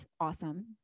awesome